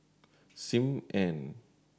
Sim Ann